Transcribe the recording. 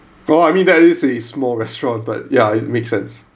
oh I mean that it's is a small restaurant but yeah it makes sense